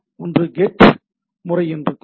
ஒன்று கெட் முறை என்று கூறுங்கள்